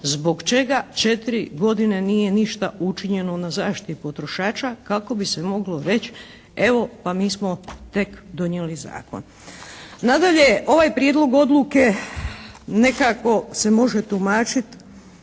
zbog čega 4 godine nije ništa učinjeno na zaštiti potrošača kako bi se moglo reći, evo pa mi smo tek donijeli zakon. Nadalje, ovaj prijedlog odluke nekako se može tumačiti